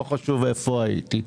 לא חשוב איפה הייתי.